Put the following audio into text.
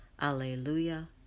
Alleluia